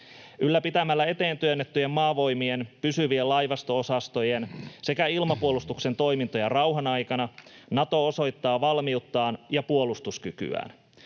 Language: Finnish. Ylläpitämällä eteen työnnettyjen maavoimien, pysyvien laivasto-osastojen sekä ilmapuolustuksen toimintoja rauhan aikana Nato osoittaa valmiuttaan ja puolustuskykyään.